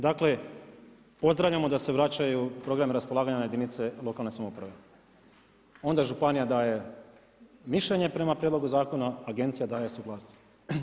Dakle, pozdravljamo da se vraćaju programi raspolaganja jedinice lokalne samouprave, onda županija dalje mišljenje prema prijedlog zakona, agencija daje suglasnost.